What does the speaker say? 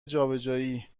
جابجایی